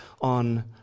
on